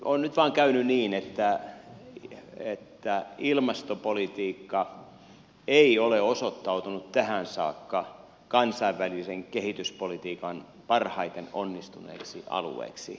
on nyt vain käynyt niin että ilmastopolitiikka ei ole osoittautunut tähän saakka kansainvälisen kehityspolitiikan parhaiten onnistuneeksi alueeksi